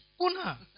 Kuna